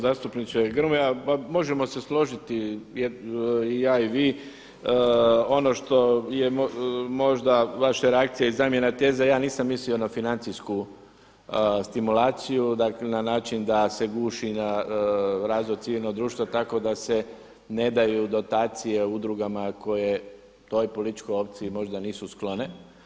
Zastupniče Grmoja, možemo se složiti i ja i vi, ono što je možda vaša reakcija i zamjena teze, ja nisam mislio na financijsku stimulaciju na način da se guši na razvoj civilnog društva tako da se ne daju dotacije udrugama koje toj političkoj opciji možda nisu sklone.